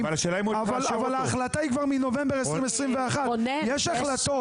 אבל ההחלטה היא כבר מנובמבר 2021. יש החלטות